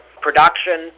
production